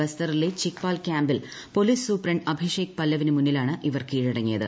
ബസ്തറിലെ ചിക്പാൽ ക്യാമ്പിൽ police superintendent Abhishek പല്ലവിന് മുന്നിലാണ് ഇവർ കീഴടങ്ങിയത്